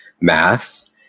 mass